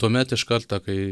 tuomet iš karto kai